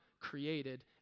created